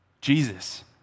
Jesus